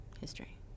history